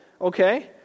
Okay